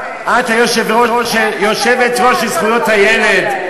את יושבת-ראש הוועדה לזכויות הילד,